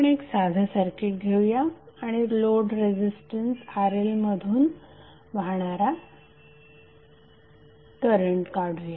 आपण एक साधे सर्किट घेऊया आणि लोड रेझिस्टन्स RLमधून वाहणारा करंट काढूया